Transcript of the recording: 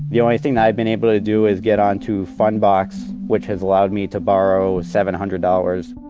the only thing that i've been able to do is get onto fundbox, which has allowed me to borrow seven hundred dollars.